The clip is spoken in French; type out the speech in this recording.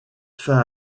fin